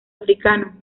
africano